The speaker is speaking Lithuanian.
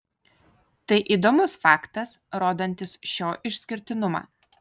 tai įdomus faktas rodantis šio išskirtinumą